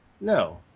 No